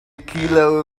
kilo